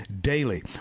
daily